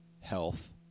health